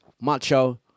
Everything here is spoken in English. Macho